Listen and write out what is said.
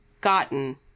gotten